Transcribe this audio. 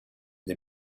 the